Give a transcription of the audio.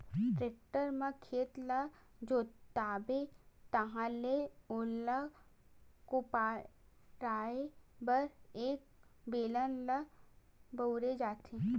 tractor म खेत ल जोतवाबे ताहाँले ओला कोपराये बर ए बेलन ल बउरे जाथे